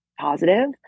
positive